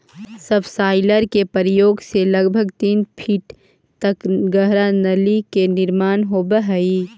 subsoiler के प्रयोग से लगभग तीन फीट तक गहरा नाली के निर्माण होवऽ हई